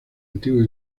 antigua